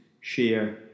share